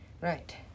right